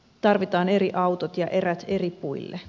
tarvitaan eri autot ja erät eri puille